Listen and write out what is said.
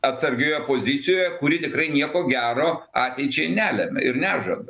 atsargioje pozicijoje kuri tikrai nieko gero ateičiai nelemia ir nežada